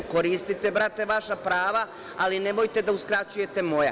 Koristite, brate, vaša prava, ali nemojte da uskraćujete moja.